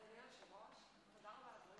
גברתי היושבת בראש,